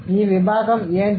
ఈ విభాగం ఏంటి